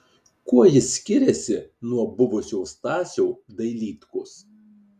kuo jis skiriasi nuo buvusio stasio dailydkos